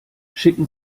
schicken